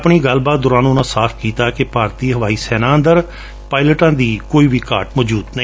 ਆਪਣੀ ਗੱਲਬਾਤ ਦੌਰਾਨ ਉਨ੍ਹਾਂ ਸਾਫ ਕੀਤਾ ਕਿ ਭਾਰਤੀ ਹਵਾਈ ਸੈਨਾ ਅੰਦਰ ਪਾਈਲਟਾਂ ਦੀ ਕੋਈ ਵੀ ਘਾਟ ਨਹੀਂ